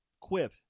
quip